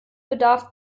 bedarf